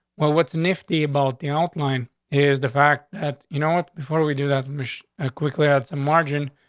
well, what's nifty about the outline is the fact that you know what? before we do that ah quickly, add some margin.